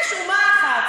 יש אומה אחת,